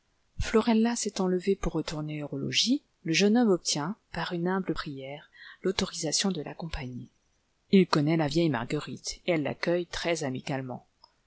florella s'étant levée pour retourner au logis le jeune homme obtient par une humble prière l'autorisation de l'accompagner il connaît la vieille marguerite et elle l'accueille